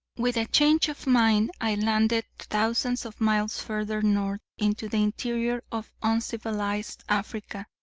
with a change of mind, i landed thousands of miles further north into the interior of uncivilized africa,